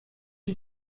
you